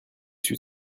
suis